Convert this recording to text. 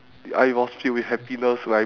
mm ya